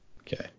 Okay